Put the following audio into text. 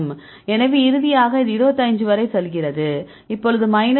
எனவே இறுதியாக இது 25 வரை செல்கிறது இப்போது மைனஸ் 0